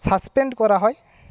suspend করা হয়